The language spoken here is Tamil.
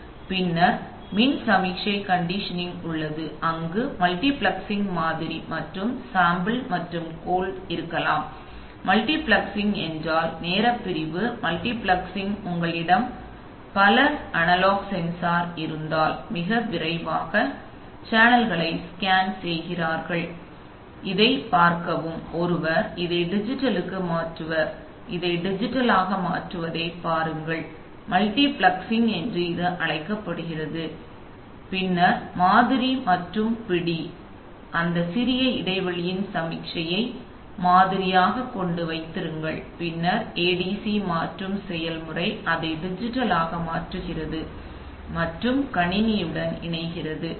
பின்னர் மின் சமிக்ஞை கண்டிஷனிங் உள்ளது அங்கு மல்டிபிளெக்சிங் மாதிரி மற்றும் சாம்பிள் மற்றும் கோல்ட் இருக்கலாம் மல்டிபிளெக்சிங் என்றால் நேர பிரிவு மல்டிபிளெக்சிங் உங்களிடம் பல அனலாக் சென்சார் இருந்தால் மிக விரைவாக நீங்கள் சேனல்களை ஸ்கேன் செய்கிறீர்கள் முதலில் இதைப் பார்க்கவும் ஒருவர் இதை டிஜிட்டலுக்கு மாற்றுவார் பின்னர் இதை டிஜிட்டலாக மாற்றுவதைப் பாருங்கள் அதனால் அது மல்டிபிளெக்சிங் என்று அழைக்கப்படுகிறது பின்னர் மாதிரி மற்றும் பிடி எனவே மாற்றப்படும்போது அந்த சிறிய இடை வெளியில் சமிக்ஞையை மாதிரியாக கொண்டு வைத்திருங்கள் பின்னர் ஏடிசி மாற்றும் செயல்முறை அதை டிஜிட்டலாக மாற்றுகிறது மற்றும் கணினியுடன் இணைகிறது